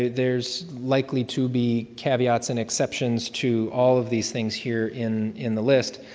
there's likely to be caveats and exceptions to all of these things here in in the list,